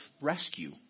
rescue